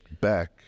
back